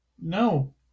No